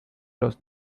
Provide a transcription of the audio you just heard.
los